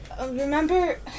Remember